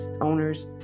owners